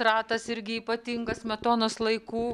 ratas irgi ypatingas smetonos laikų